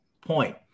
point